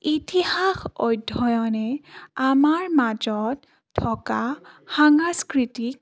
ইতিহাস অধ্যয়নে আমাৰ মাজত থকা সাংস্কৃতিক